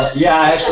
yeah,